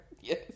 Yes